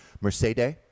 Mercedes